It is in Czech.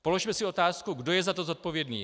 Položme si otázku, kdo je za to zodpovědný.